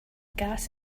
gas